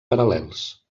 paral·lels